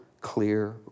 clear